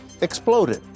exploded